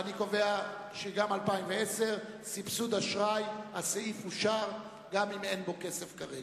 סעיף 44, סבסוד אשראי, לשנת 2010, נתקבל.